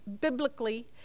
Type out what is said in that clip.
biblically